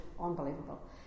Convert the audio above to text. unbelievable